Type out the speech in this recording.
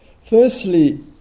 Firstly